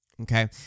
okay